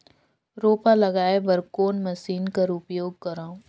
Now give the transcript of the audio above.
रोपा लगाय बर कोन मशीन कर उपयोग करव?